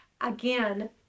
Again